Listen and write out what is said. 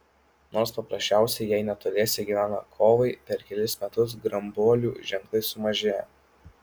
nors paprasčiausiai jei netoliese gyvena kovai per kelis metus grambuolių ženkliai sumažėja